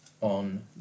on